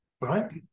Right